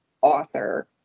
author